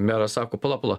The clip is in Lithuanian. meras sako pala pala